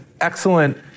excellent